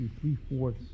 three-fourths